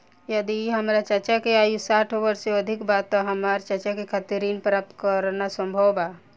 यदि हमार चाचा के आयु साठ वर्ष से अधिक बा त का हमार चाचा के खातिर ऋण प्राप्त करना संभव बा?